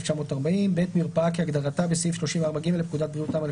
1940. מרפאה כהגדרתה בסעיף 34(ג) לפקודת בריאות העם,